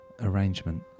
arrangement